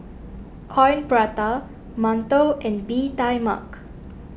Coin Prata Mantou and Bee Tai Mak